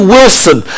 Wilson